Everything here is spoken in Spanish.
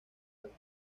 alto